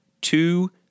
two